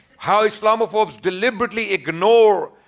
how islamophobes deliberately ignore